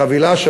חבילה,